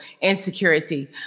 insecurity